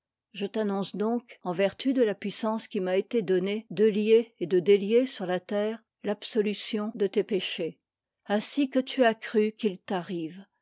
je t'annonce donc en vertu de la puissance qui m'a été donnée de lier et de délier sur la terre l'absolution de tes pé chés ainsi que tu a cru qu'il t'arrive